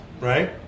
right